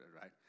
right